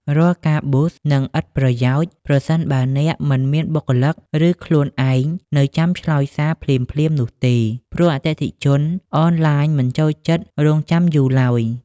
រាល់ការ Boost នឹងឥតប្រយោជន៍ ប្រសិនបើអ្នកមិនមានបុគ្គលិក ឬខ្លួនឯងនៅចាំឆ្លើយសារភ្លាមៗនោះទេ ព្រោះអតិថិជនអនឡាញមិនចូលចិត្តរង់ចាំយូរឡើយ។